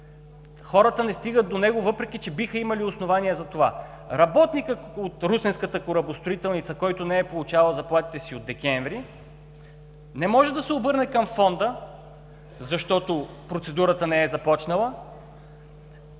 хората не стигат до него, въпреки че биха имали основания за това. Работникът от Русенската корабостроителница, който не е получавал заплатите си от декември, не може да се обърне към Фонда, защото процедурата не е започнала.